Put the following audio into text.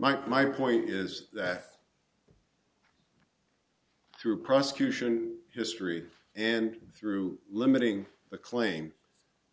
yes my point is that through prosecution history and through limiting the claim